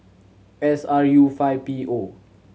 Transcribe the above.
S R U five P O